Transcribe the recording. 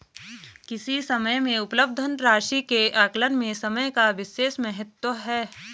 किसी समय में उपलब्ध धन राशि के आकलन में समय का विशेष महत्व है